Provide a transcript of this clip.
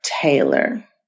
Taylor